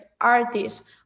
artists